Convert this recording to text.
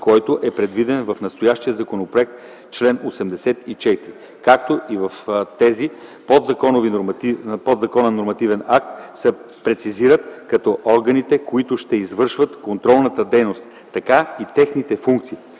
който е предвиден в настоящия законопроект – чл. 84, като в този подзаконов нормативен акт се прецизират както органите, които ще извършват контролната дейност, така и техните функции.